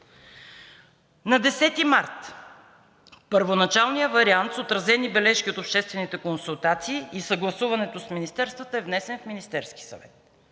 На 10 март първоначалният вариант с отразени бележки от обществените консултации и съгласуването с министерствата е внесен в Министерския съвет.